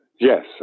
Yes